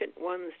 ones